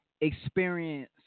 experience